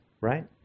right